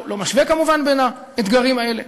לא משווה כמובן בין האתגרים האלה,